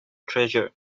treasure